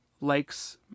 Likes